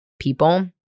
people